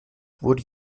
wurde